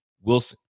Wilson